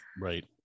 Right